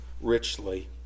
richly